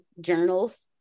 journals